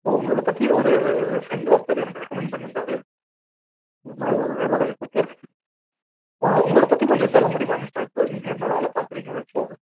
ஓ உங்களை பற்றி ஒரு ஃப்ரெண்டு ஒருத்தர் எனக்கு ரெக்கமெண்ட் பண்ணியிருந்தாரு இது மாதிரி ஒரு வேலை வாய்ப்புக்கு உங்களை பற்றி கொஞ்சம் சொல்ல முடியுமா மிஸ்டர் அக்பர் நீங்கள் என்ன வேலை பார்க்கறீங்க ஏதாச்சும் ஒரு